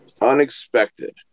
Unexpected